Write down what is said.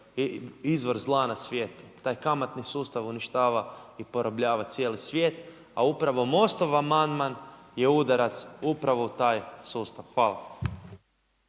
izvor zla na svijetu, taj kamatni sustav uništava i porobljava cijeli svijet, a upravo Most-ov amandman je udarac upravo u taj sustav. Hvala.